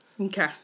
okay